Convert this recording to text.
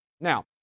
Now